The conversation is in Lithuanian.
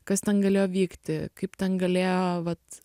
kas ten galėjo vykti kaip ten galėjo vat